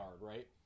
right